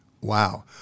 Wow